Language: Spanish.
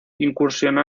incursionó